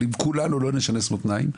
אבל אם כולנו לא נשנס מותניים,